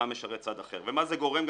פעם משרת צד אחר, ומה זה גורם?